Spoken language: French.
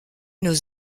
nos